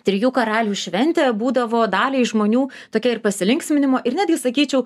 trijų karalių šventė būdavo daliai žmonių tokia ir pasilinksminimo ir netgi sakyčiau